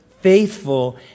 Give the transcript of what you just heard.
faithful